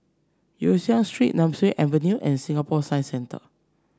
Yong Siak Street Nemesu Avenue and Singapore Science Centre